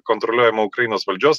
kontroliuojama ukrainos valdžios